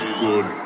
good